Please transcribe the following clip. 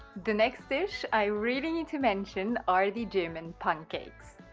the next dishes i really need to mention are the german pancakes.